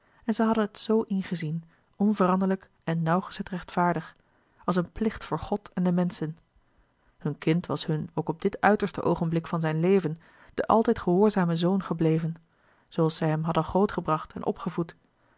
en zij hadden het zoo ingezien onveranderlijk en nauwgezet rechtvaardig als een plicht voor god en de menschen hun kind was hun ook op dit uiterste oogenblik van zijn leven de altijd gehoorzame zoon gebleven zooals zij hem hadden groot gebracht en opgevoed